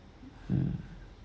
uh